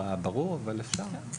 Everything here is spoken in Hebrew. הכללים